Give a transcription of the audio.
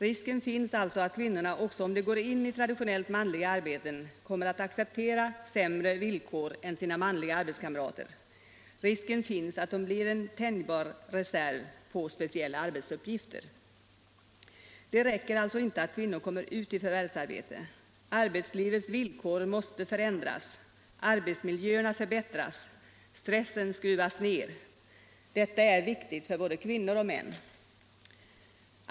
Risken finns alltså att kvinnorna också om de går in i tradionellt manliga arbeten kommer att acceptera sämre villkor än sina manliga arbetskamrater. Risken finns att de blir en tänjbar reserv med speciella arbetsuppgifter. Det räcker alltså inte att kvinnor kommer ut i förvärvsarbete. Arbetslivets villkor måste förändras, arbetsmiljöerna förbättras, stressen skruvas ner. Det är viktigt för både kvinnor och män.